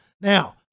Now